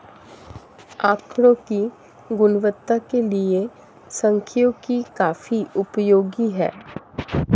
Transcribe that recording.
आकड़ों की गुणवत्ता के लिए सांख्यिकी काफी उपयोगी है